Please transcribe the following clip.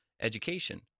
education